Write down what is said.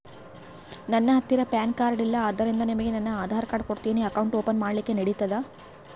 ನನ್ನ ಹತ್ತಿರ PAN card ಇಲ್ಲ ಆದ್ದರಿಂದ ನಿಮಗೆ ನನ್ನ ಆಧಾರ್ ಕಾರ್ಡ್ ಕೊಡ್ತೇನಿ ಅಕೌಂಟ್ ಓಪನ್ ಮಾಡ್ಲಿಕ್ಕೆ ನಡಿತದಾ?